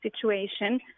situation